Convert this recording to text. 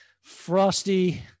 frosty